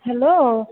hello